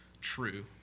true